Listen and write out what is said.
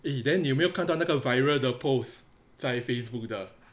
eh then 你有没有看到那个 viral 的 post 在 facebook 的